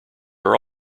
are